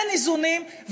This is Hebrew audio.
אין איזונים,